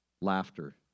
Laughter